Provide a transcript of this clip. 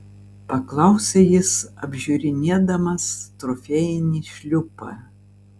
paklausė jis apžiūrinėdamas trofėjinį šliupą